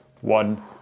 one